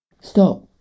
Stop